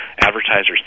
advertisers